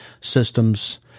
systems